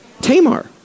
Tamar